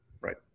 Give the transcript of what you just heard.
Right